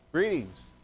Greetings